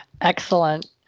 Excellent